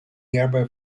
nearby